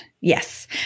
yes